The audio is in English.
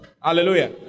Hallelujah